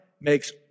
makes